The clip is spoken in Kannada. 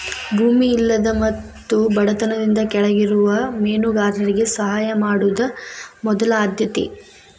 ಭೂಮಿ ಇಲ್ಲದ ಮತ್ತು ಬಡತನದಿಂದ ಕೆಳಗಿರುವ ಮೇನುಗಾರರಿಗೆ ಸಹಾಯ ಮಾಡುದ ಮೊದಲ ಆದ್ಯತೆ